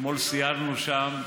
אתמול סיירנו שם.